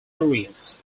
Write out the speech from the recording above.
areas